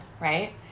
right